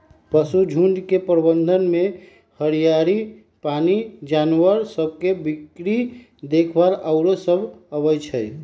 पशुझुण्ड के प्रबंधन में हरियरी, पानी, जानवर सभ के बीक्री देखभाल आउरो सभ अबइ छै